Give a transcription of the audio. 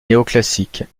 néoclassique